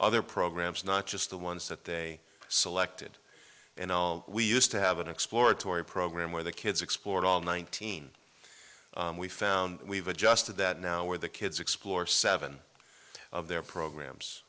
other programs not just the ones that they selected and we used to have an exploratory program where the kids explored all nineteen we found we've adjusted that now where the kids explore seven of their program